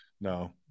No